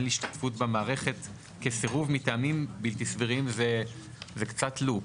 השתתפות במערכת כסירוב לטעמים בלתי סבירים זה קצת לופ.